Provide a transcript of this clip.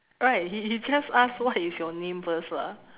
right he he just ask what is your name first ah